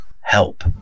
help